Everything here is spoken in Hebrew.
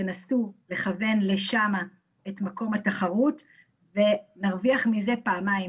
תנסו לכוון לשם את מקום התחרות ואנחנו נרוויח מזה פעמיים.